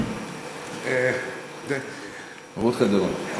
רות קלדרון.